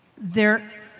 they're